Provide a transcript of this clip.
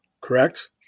Correct